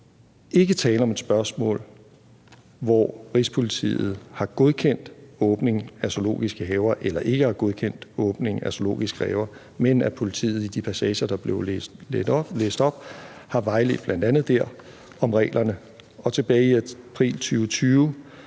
ikke tale om, at Rigspolitiet har godkendt åbningen af zoologiske haver eller ikke har godkendt åbningen af zoologiske haver, men at politiet i bl.a. de passager, der blev læst op, har vejledt om reglerne. Og tilbage i april 2020